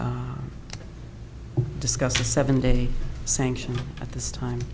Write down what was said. discuss the seven day sanctions at this time